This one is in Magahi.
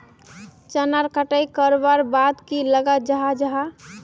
चनार कटाई करवार बाद की लगा जाहा जाहा?